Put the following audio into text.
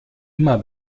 immer